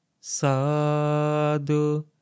sadu